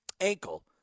ankle